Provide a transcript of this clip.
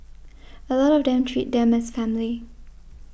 a lot of them treat them as family